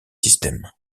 systèmes